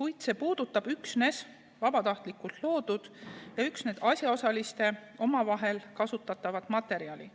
kuid see puudutab üksnes vabatahtlikult loodud ja üksnes asjaosalistel omavahel kasutatavat materjali.